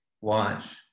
watch